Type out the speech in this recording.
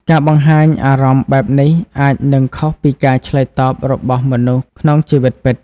ការបង្ហាញអារម្មណ៍បែបនេះអាចនឹងខុសពីការឆ្លើយតបរបស់មនុស្សក្នុងជីវិតពិត។